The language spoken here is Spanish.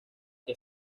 que